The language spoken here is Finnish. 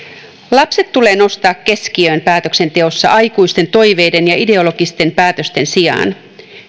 lapset tulee nostaa keskiöön päätöksenteossa aikuisten toiveiden ja ideologisten päätösten sijaan